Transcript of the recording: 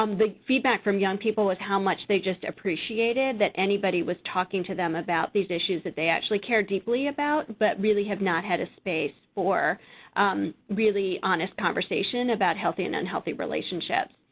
um the feedback from young people was how much they just appreciated that anybody was talking to them about these issues they actually cared deeply about but really have not had a space for really honest conversation about healthy and unhealthy relationships.